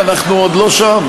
אנחנו עוד לא שם,